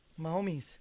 Mahomes